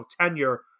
tenure